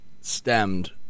stemmed